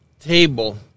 table